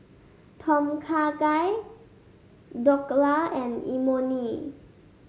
Tom Kha Gai Dhokla and Imoni